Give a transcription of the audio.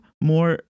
more